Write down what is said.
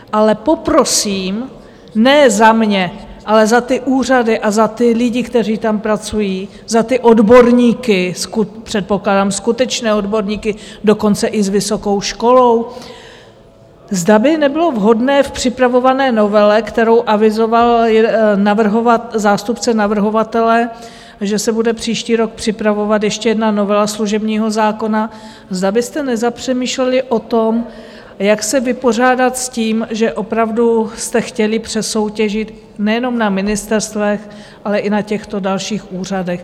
Ale poprosím, ne za mě, ale za ty úřady a za ty lidi, kteří tam pracují, za ty odborníky, předpokládám skutečné odborníky, dokonce i s vysokou školou, zda by nebylo vhodné v připravované novele, kterou avizoval zástupce navrhovatele, že se bude příští rok připravovat ještě jedna novela služebního zákona, zda byste nezapřemýšleli o tom, jak se vypořádat s tím, že opravdu jste chtěli přesoutěžit nejenom na ministerstvech, ale i na těchto dalších úřadech.